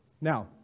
now